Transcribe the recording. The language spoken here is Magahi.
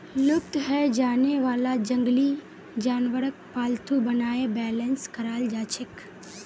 लुप्त हैं जाने वाला जंगली जानवरक पालतू बनाए बेलेंस कराल जाछेक